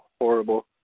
horrible